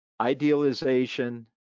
Idealization